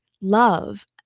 love